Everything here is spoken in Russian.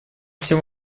всем